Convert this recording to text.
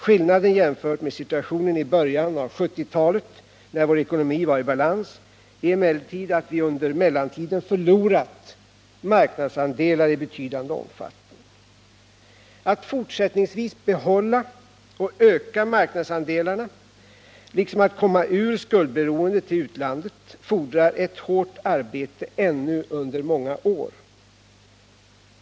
Skillnaden jämfört med situationen i början på 1970-talet, när vår ekonomi var i balans, är emellertid att vi under mellantiden förlorat marknadsandelar i betydande omfattning. Att fortsättningsvis behålla och öka marknadsandelar liksom att komma ur skuldberoendet till utlandet fordrar ett hårt arbete ännu under många år.